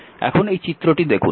এখন এই চিত্রটি দেখুন